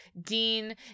Dean